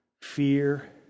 fear